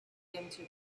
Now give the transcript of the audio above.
into